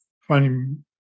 finding